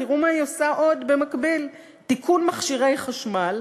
תראו מה היא עושה עוד במקביל: תיקון מכשירי חשמל,